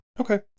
Okay